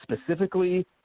specifically